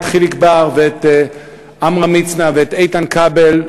את חיליק בר ואת עמרם מצנע ואת איתן כבל,